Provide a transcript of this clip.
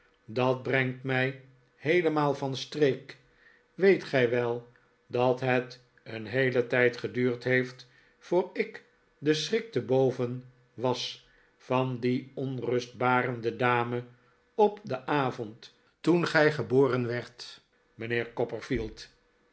dat brengt mij heelemaal van streek weet gij wel dat het een heelen tijd geduurd heeft voor ik den schrik te boven was van die onrustbarende dame op den avond toen gij geboren werdt mijnheer